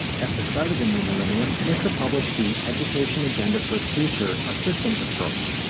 at the start of the new millennium, nhtsa published the education agenda for the future a systems approach.